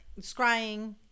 scrying